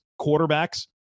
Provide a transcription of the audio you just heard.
quarterbacks